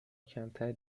کمتر